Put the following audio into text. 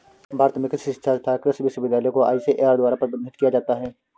भारत में कृषि शिक्षा तथा कृषि विश्वविद्यालय को आईसीएआर द्वारा प्रबंधित किया जाता है